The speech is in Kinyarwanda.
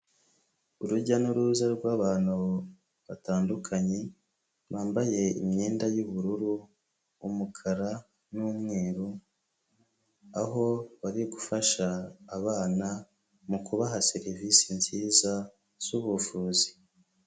Urujya n'uruza rw'abantu batandukanye bambaye imyenda y'ubururu, umukara n'umweru aho bari gufasha abana mu kubaha serivisi nziza zubuvuzi.